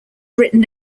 written